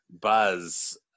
Buzz